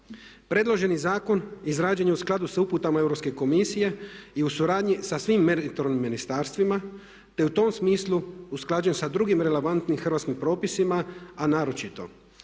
Predloženi zakon izrađen je u skladu sa uputama Europske komisije i u suradnji sa svim meritornim ministarstvima te je u tom smislu usklađen sa drugim relevantnim hrvatskim propisima a naročito